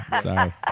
Sorry